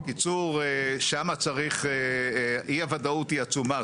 אי הוודאות היא עצומה.